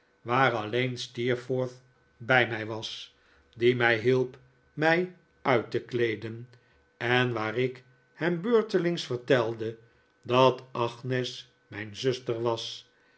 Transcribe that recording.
waar alleen steerforth bij mij was die mij hielp mij uit te kleeden en waar ik hem beurtelings vertelde dat agnes mijn zuster was